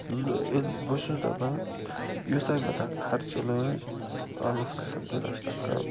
بہٕ چھُس دَپان یُسا مےٚ تَتھ خرچہِ لٲج اللہ قسم تیوٗتاہ چھِ تَتھ کَم